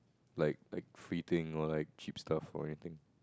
like like free thing or like cheap stuff or anything